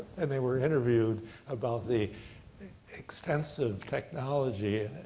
and they were interviewed about the extensive technology